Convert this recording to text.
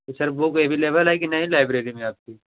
तो sir book available है कि नहीं लाइब्रेरी में आपकी